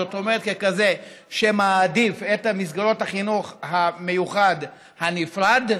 זאת אומרת כזה שמעדיף את מסגרות החינוך המיוחד הנפרד,